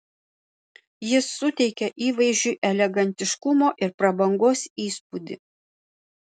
jis suteikia įvaizdžiui elegantiškumo ir prabangos įspūdį